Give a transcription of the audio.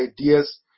ideas